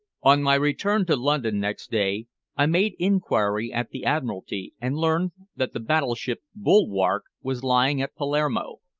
on my return to london next day i made inquiry at the admiralty and learned that the battleship bulwark was lying at palermo,